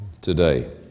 today